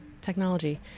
Technology